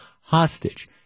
hostage